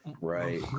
Right